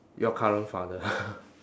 your current father